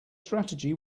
strategy